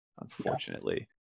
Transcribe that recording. unfortunately